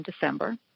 December